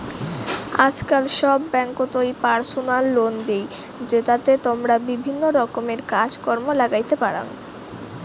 আজকাল সব ব্যাঙ্ককোতই পার্সোনাল লোন দেই, জেতাতে তমরা বিভিন্ন রকমের কাজ কর্ম লাগাইতে পারাং